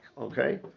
okay